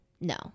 No